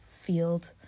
field